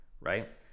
Right